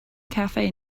cafe